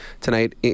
tonight